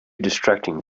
distracting